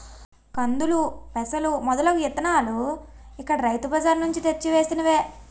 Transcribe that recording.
కందులు, పెసలు మొదలగు ఇత్తనాలు ఇక్కడ రైతు బజార్ నుంచి తెచ్చి వేసినవే